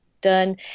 done